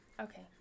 Okay